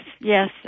yes